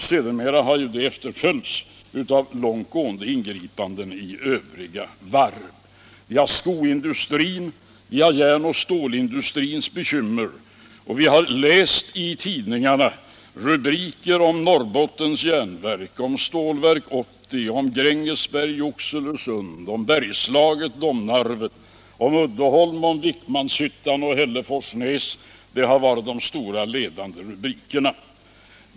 Sedermera har ju detta efterföljts av långt gående ingripanden i övriga varv. Vi har skoindustrin, vi har järn och stålindustrin och dess bekymmer. I tidningarna har vi läst rubriker om Norrbottens Järnverk, om Stålverk 80, Grängesberg och Oxelösund, om Bergslaget och Domnarvet, Uddeholm, Vikmanshyttan och Hälleforsnäs. Det har varit de stora, ledande rubrikerna.